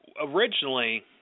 originally